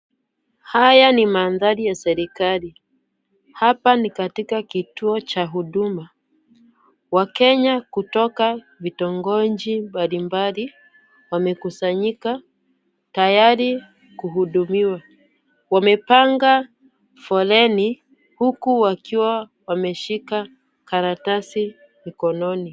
Haya ni mandhari ya serikali. Hapa ni katika kituo cha huduma. Wakenya kutoka vitongoji mbalimbali wamekusanyika tayari kuhudumiwa. Wamepanga foleni huku wakiwa wameshika karatasi mkononi.